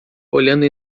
olhando